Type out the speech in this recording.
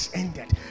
ended